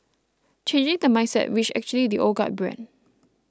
changing the mindset which actually the old guard bred